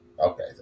Okay